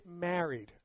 married